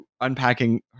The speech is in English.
unpacking